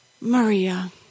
Maria